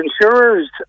insurers